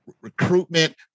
recruitment